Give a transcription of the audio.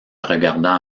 regardant